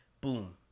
Boom